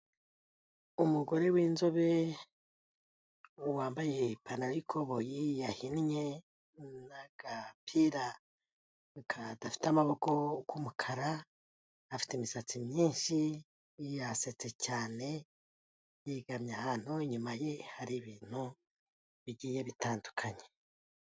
Umugore w'inzobe wambaye ipantaro y'ikoboyi yahinnye n'agapira kadafite amaboko k'umukara, afite imisatsi myinshi yasetse cyane, yegamye ahantu inyuma ye hari ibintu bigiye bitandukanye.